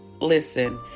Listen